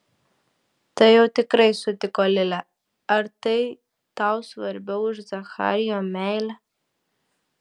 tai jau tikrai sutiko lilė ar tai tau svarbiau už zacharijo meilę